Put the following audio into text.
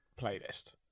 playlist